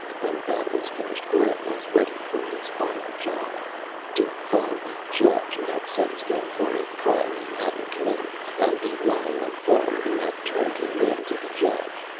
when that was finished, barrent was ready for his final job to find the judge who had sentenced him for a crime he hadn't committed, and the lying informer who had turned him in to the judge.